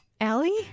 Allie